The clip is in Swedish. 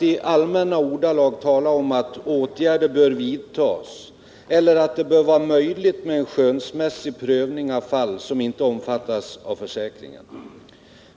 i allmänna ordalag tala om att åtgärder bör vidtas eller att det bör vara möjligt med en skönsmässig prövning av fall som inte omfattas av försäkringen.